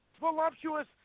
voluptuous